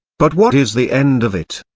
but what is the end of it?